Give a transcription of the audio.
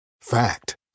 Fact